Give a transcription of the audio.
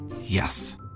Yes